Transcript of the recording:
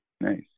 nice